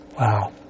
Wow